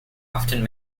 often